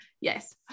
Yes